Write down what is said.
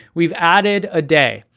we've added a day.